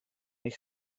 eich